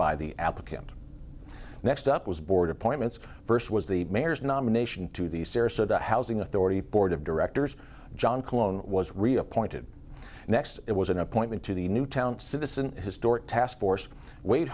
by the applicant next up was board appointments first was the mayor's nomination to the sarasota housing authority board of directors john colone was reappointed next it was an appointment to the newtown citizen historic taskforce w